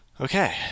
Okay